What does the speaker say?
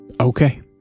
Okay